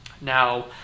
Now